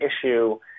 issue